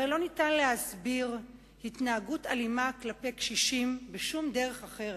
הרי לא ניתן להסביר התנהגות אלימה כלפי קשישים בשום דרך אחרת.